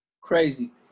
Crazy